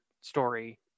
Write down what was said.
story